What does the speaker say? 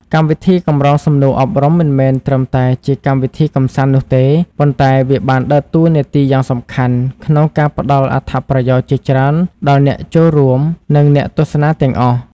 កម្មវិធីកម្រងសំណួរអប់រំមិនមែនត្រឹមតែជាកម្មវិធីកម្សាន្តនោះទេ ប៉ុន្តែវាបានដើរតួនាទីយ៉ាងសំខាន់ក្នុងការផ្ដល់អត្ថប្រយោជន៍ជាច្រើនដល់អ្នកចូលរួម និងអ្នកទស្សនាទាំងអស់។